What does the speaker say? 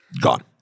Gone